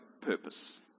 purpose